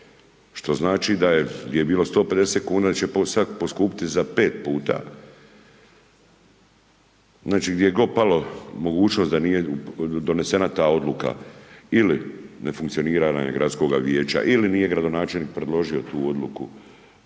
Što znači da je, gdje je bilo 150 kuna da će sad poskupiti za 5 puta. Znači gdje je god pala mogućnost da nije donesena ta odluka ili ne funkcioniranje gradskoga vijeća ili nije gradonačelnik predložio tu odluku.